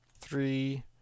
three